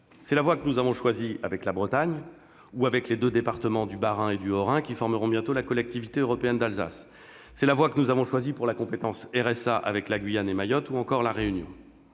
C'est la voie que nous avons choisie avec la Bretagne ou avec les deux départements du Bas-Rhin et du Haut-Rhin, qui formeront bientôt la Collectivité européenne d'Alsace. C'est la voie que nous avons choisie pour la compétence « RSA » avec la Guyane et Mayotte ou encore avec La Réunion.